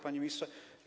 Panie Ministrze!